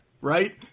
Right